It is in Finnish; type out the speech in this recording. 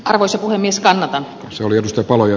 arvoisa puhemies kannattaa selvitystä palo ja